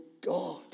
God